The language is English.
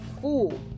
fool